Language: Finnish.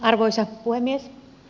arvoisa puhemies